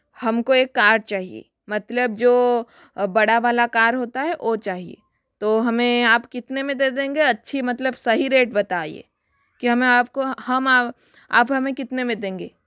हमको एक कार चाहिए मतलब जो बड़ा वाला कार होता है ओ चाहिए तो हमें आप कितने में दे देंगे अच्छी मतलब सही रेट बताइए कि हमें आपको हम आप हमें कितने में देंगे